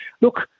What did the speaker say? look